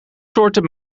soorten